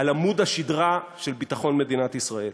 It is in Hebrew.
על עמוד השדרה של ביטחון מדינת ישראל.